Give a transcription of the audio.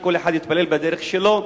שכל אחד יתפלל בדרך שלו,